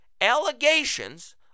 allegations